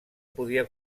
podia